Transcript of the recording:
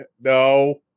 no